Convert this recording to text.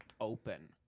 open